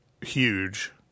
huge